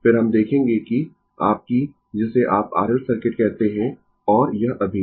फिर हम देखेंगें कि आपकी जिसे आप R L सर्किट कहते है और यह अभी